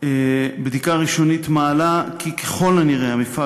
בדיקה ראשונית מעלה כי ככל הנראה המפעל